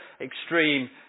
extreme